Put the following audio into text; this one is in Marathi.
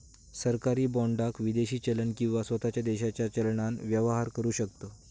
सरकारी बाँडाक विदेशी चलन किंवा स्वताच्या देशाच्या चलनान व्यवहार करु शकतव